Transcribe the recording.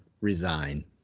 resign